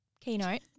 keynote